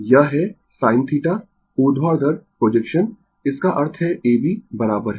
यह है sin θ ऊर्ध्वाधर प्रोजेक्शन इसका अर्थ है A B बराबर है